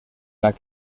las